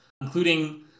including